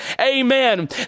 Amen